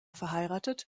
verheiratet